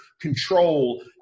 control